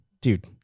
dude